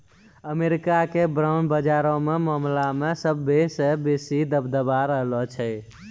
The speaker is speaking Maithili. अमेरिका के बांड बजारो के मामला मे सभ्भे से बेसी दबदबा रहलो छै